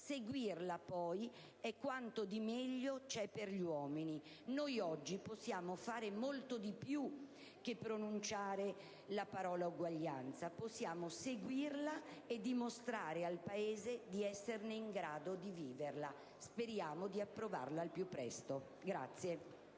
seguirla, poi, è quanto di meglio c'è per gli uomini». Noi, oggi, possiamo fare molto di più che pronunciare la parola uguaglianza: possiamo seguirla e dimostrare al Paese di essere in grado di viverla. Speriamo di approvare il disegno di